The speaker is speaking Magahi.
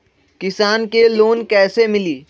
किसान के लोन कैसे मिली?